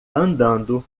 andando